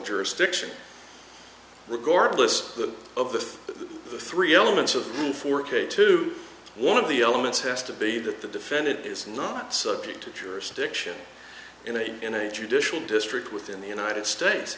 jurisdiction regardless of the three elements of the four k to one of the elements has to be that the defendant is not subject to your stiction in a in a judicial district within the united states